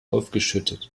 aufgeschüttet